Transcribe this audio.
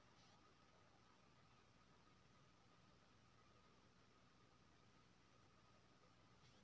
Fixed deposit कम स कम कत्ते समय ल खुले छै आ बेसी स बेसी केत्ते समय ल?